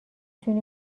تونی